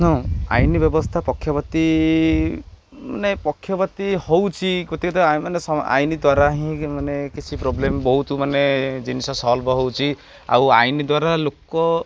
ହ ଆଇନ୍ ବ୍ୟବସ୍ଥା ପକ୍ଷପାତ ମାନେ ପକ୍ଷପାତ ହେଉଛି ଗୋଟିକ ମାନେ ଆଇନ୍ ଦ୍ୱାରା ହିଁ ମାନେ କିଛି ପ୍ରୋବ୍ଲେମ୍ ବହୁତ ମାନେ ଜିନିଷ ସଲ୍ଭ ହେଉଛି ଆଉ ଆଇନ୍ ଦ୍ୱାରା ଲୋକ